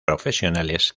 profesionales